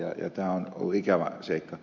tämä on ikävä seikka